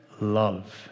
love